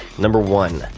number one,